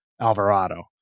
Alvarado